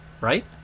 right